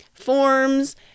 forms